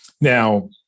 Now